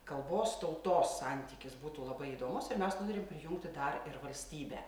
kalbos tautos santykis būtų labai įdomus ir mes norim prijungti dar ir valstybę